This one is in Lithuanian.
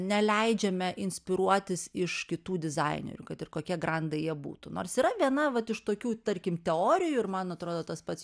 neleidžiame inspiruotis iš kitų dizainerių kad ir kokie grandai jie būtų nors yra viena vat iš tokių tarkim teorijų ir man atrodo tas pats